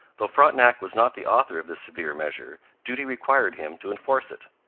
though frontenac was not the author of this severe measure, duty required him to enforce it.